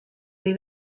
ari